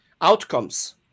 outcomes